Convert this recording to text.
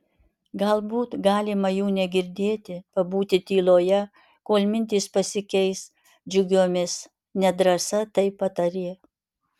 galbūt galima jų negirdėti pabūti tyloje kol mintys pasikeis džiugiomis nedrąsa taip patarė